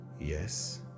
Yes